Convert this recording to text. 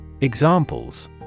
Examples